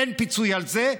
אין פיצוי על זה,